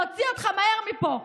להוציא אותך מהר מפה,